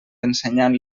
ensenyant